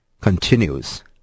continues